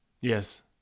Yes